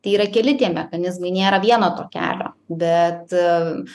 tai yra keli tie mechanizmai nėra vieno to kelio bet